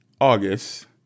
August